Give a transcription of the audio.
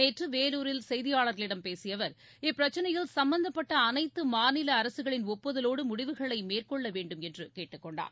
நேற்று வேலூரில் செய்தியாளர்களிடம் பேசிய அவர் இப்பிரச்சினையில் சம்பந்தப்பட்ட அனைத்து மாநில அரசுகளின் ஒப்புதலோடு முடிவுகளை மேற்கொள்ள வேண்டும் என்று கேட்டுக் கொன்டார்